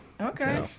Okay